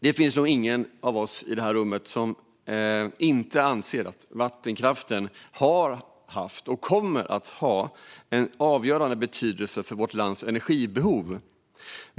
Det finns nog ingen i detta rum som inte anser att vattenkraften har haft och kommer att ha en avgörande betydelse för vårt lands energibehov.